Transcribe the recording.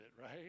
right